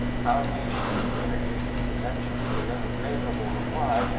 how he should communicate his intentions to get a favorable reply,